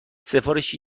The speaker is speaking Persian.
سفارش